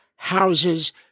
Houses